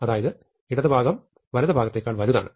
അതായത് ഇടതുഭാഗം വലതുഭാഗത്തേക്കാൾ വലുതാണ്